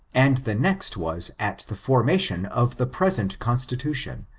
and the next was at the formation of the present constitution,